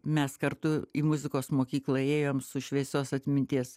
mes kartu į muzikos mokyklą ėjom su šviesios atminties